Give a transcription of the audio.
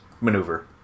maneuver